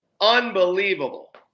unbelievable